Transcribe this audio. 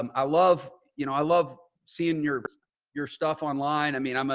um i love, you know, i love seeing your but your stuff online. i mean, um ah